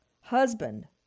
husband